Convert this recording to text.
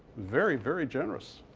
very, very generous.